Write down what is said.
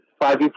five